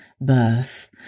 birth